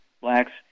blacks